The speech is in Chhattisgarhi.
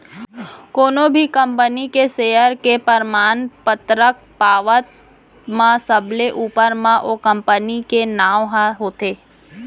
कोनो भी कंपनी के सेयर के परमान पतरक पावत म सबले ऊपर म ओ कंपनी के नांव ह होथे